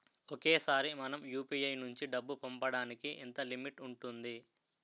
ఒకేసారి మనం యు.పి.ఐ నుంచి డబ్బు పంపడానికి ఎంత లిమిట్ ఉంటుంది?